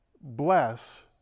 bless